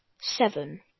seven